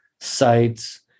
sites